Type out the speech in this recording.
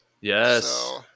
Yes